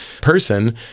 person